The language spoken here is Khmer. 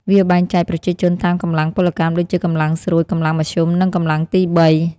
វាបែងចែកប្រជាជនតាមកម្លាំងពលកម្ម ដូចជាកម្លាំងស្រួច កម្លាំងមធ្យម និងកម្លាំងទី៣។